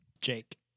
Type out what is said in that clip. Jake